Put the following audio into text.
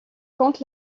contre